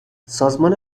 سازمان